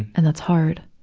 and that's hard,